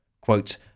quote